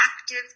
active